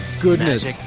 goodness